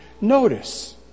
Notice